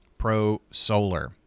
prosolar